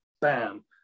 bam